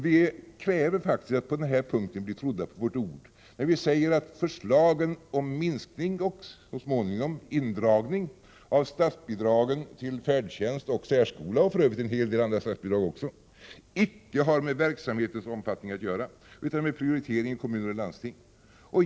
Vi kräver faktiskt att bli trodda på vårt ord, när vi säger att förslagen om minskning och, så småningom, indragning av statsbidragen till färdtjänst och särskola — och för övrigt en hel del andra statsbidrag — icke har med verksamhetens omfattning att göra utan med prioriteringen i kommuner och landsting.